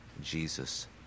Jesus